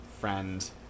friend